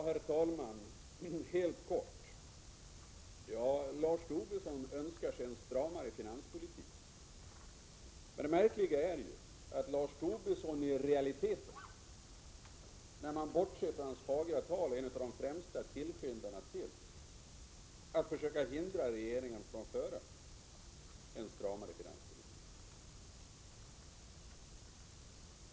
Herr talman! Helt kort: Lars Tobisson önskar sig en stramare finanspolitik. Det märkliga är att Lars Tobisson i realiteten, när man bortser från hans fagra tal, är en av de främsta tillskyndarna när det gäller att försöka hindra regeringen från att föra en stramare finanspolitik.